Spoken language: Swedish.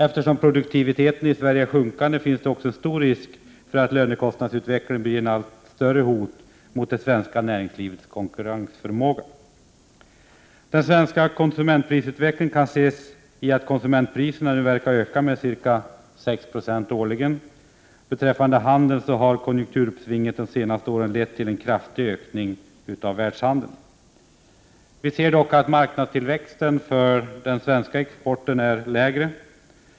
Eftersom produktiviteten i Sverige är sjunkande finns det stor risk att lönekostnadsutvecklingen blir ett allt större hot mot det svenska näringslivets konkurrensförmåga. Den svenska konsumentprisutvecklingen kan ses i att konsumentpriserna nu verkar öka med ca 6 20 årligen. Beträffande handeln kan sägas att konjunkturuppsvinget de senaste åren har lett till en kraftig ökning av världshandeln. Marknadstillväxten för den svenska exporten är dock lägre.